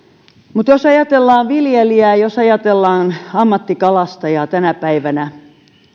mutta jos ajatellaan viljelijää jos ajatellaan ammattikalastajaa tänä päivänä